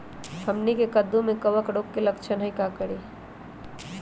हमनी के कददु में कवक रोग के लक्षण हई का करी?